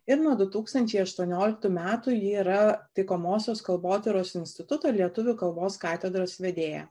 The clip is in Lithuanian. ir nuo du tūkstančiai aštuonioliktų metų ji yra taikomosios kalbotyros instituto lietuvių kalbos katedros vedėja